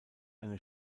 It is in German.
eine